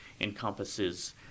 encompasses